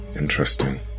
Interesting